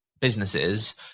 businesses